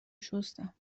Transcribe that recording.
شستم